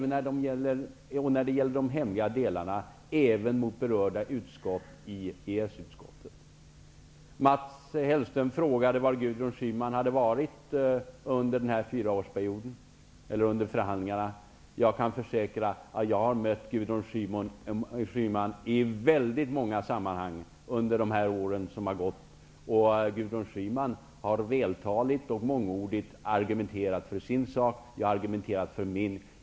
När det gällt de hemliga delarna har den varit stor även mot berörda ledamöter i EES-utskottet. Mats Hellström frågade var Gudrun Schyman hade varit under förhandlingarna. Jag kan försäkra att jag har mött Gudrun Schyman i väldigt många sammanhang under de år som har gått. Gudrun Schyman har vältaligt och mångordigt argumenterat för sin sak. Jag har argumenterat för min.